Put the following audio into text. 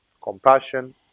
Compassion